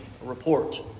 report